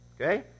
Okay